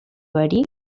verí